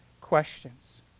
questions